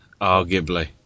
arguably